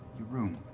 your room,